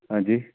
ਹਾਂਜੀ